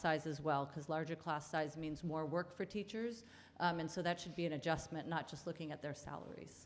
size as well because larger class size means more work for teachers and so that should be an adjustment not just looking at their salaries